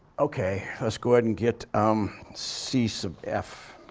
okay. let's go ahead and get um c sub f.